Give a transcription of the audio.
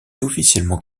officiellement